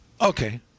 Okay